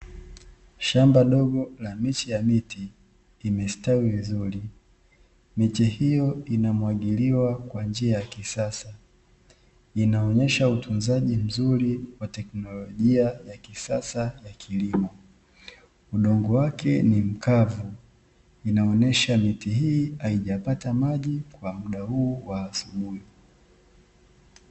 Shamba dogo la miche ya miti limestawi vizuri. Miti hiyoo inamwagiliwa kwa njia ya kisasa, inaonesha utunzaji mzuri wa tekinolojia ya kisasa ya kilimo. Udongo wake ni mkavu, inaonesha miti hii haijapata maji kwa mda huu wa asubuhi.